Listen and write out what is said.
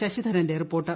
ശശിധരന്റെ report